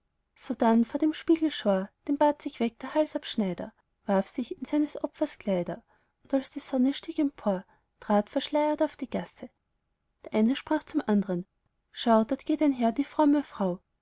sodann vor einem spiegel schor den bart sich weg der halsabschneider warf sich in seines opfers kleider und als die sonne stieg empor trat er verschleiert auf die gasse der eine sprach zum andern schau dort geht einher die fromme frau